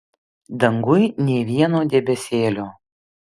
danguj nė vieno debesėlio